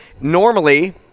normally